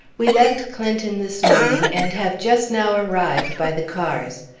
we left clinton this morning, and have just now arrived by the cars.